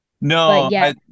No